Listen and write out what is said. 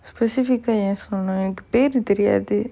specific ah eh சொன்ன எனக்கு பேரு தெரியாது:sonna enakku peru theriyaathu